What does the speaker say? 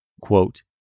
Quote